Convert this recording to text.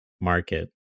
market